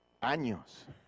años